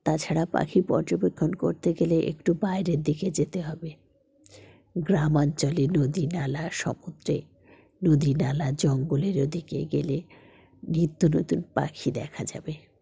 তাছাড়া পাখি পর্যবেক্ষণ করতে গেলে একটু বাইরের দিকে যেতে হবে গ্রামাঞ্চলে নদী নালা সমুদ্রে নদী নালা জঙ্গলেরও দিকে গেলে নিত্য নতুন পাখি দেখা যাবে